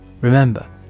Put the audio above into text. Remember